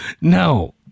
No